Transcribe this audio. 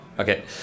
Okay